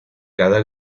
cada